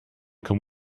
come